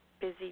busy